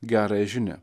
gerąją žinią